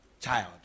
child